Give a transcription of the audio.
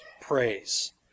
praise